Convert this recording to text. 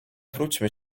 wróćmy